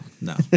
no